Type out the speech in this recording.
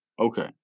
Okay